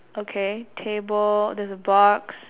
okay table there's a box